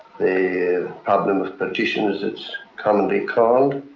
the problem of partition as it's commonly called.